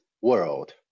world